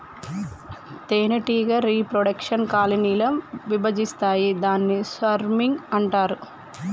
తేనెటీగ reproduction colony ల విభజిస్తాయి దాన్ని స్వర్మింగ్ అంటారు